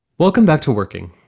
welcome back to working.